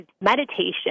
meditation